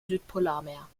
südpolarmeer